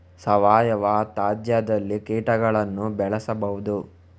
ಸಾವಯವ ತ್ಯಾಜ್ಯದಲ್ಲಿ ಕೀಟಗಳನ್ನು ಬೆಳೆಸಬಹುದು